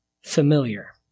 familiar